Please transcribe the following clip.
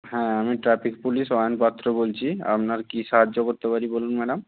হ্যাঁ আমি traffic police Ayan Patra বলছি আপনার কী সাহায্য করতে পারি বলুন ম্যাডাম